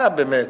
באמת,